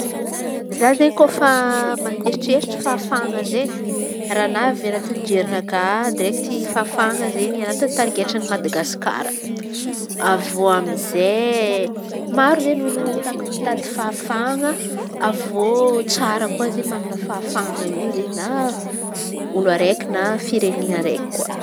Za izen̈y kôfa mieritreritry fahafahan̈a izen̈y raha navy anaty jerinakà direkty fahafahan̈a izen̈y anaty tarigetry ny Madagasikara. Avy eo amy izey maro izen̈y olo mit- mitady fahafahan̈a, avy eo tsara koa izen̈y manan̈a fahafahan̈a io na olo raiky na firen̈ene araiky koa.